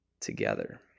Together